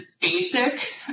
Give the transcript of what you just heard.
basic